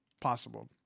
Possible